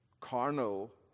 carnal